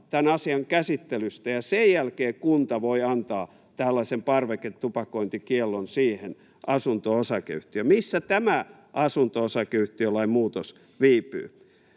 tämän asian käsittelystä, ja sen jälkeen kunta voi antaa tällaisen parveketupakointikiellon siihen asunto-osakeyhtiöön. Missä tämä asunto-osakeyhtiölain muutos viipyy?